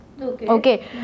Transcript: Okay